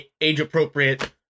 age-appropriate